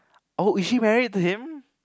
oh is she married to him